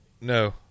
No